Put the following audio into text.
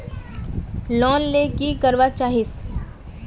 Loan ले की करवा चाहीस?